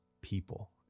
people